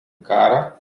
karą